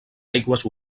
aigües